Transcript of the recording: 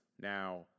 Now